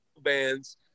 bands